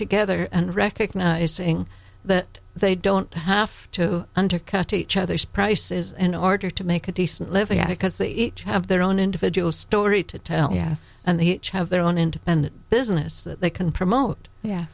together and recognizing that they don't half to undercut each other's prices and order to make a decent living at it because they each have their own individual story to tell yes and he has their own independent business that they can promote ye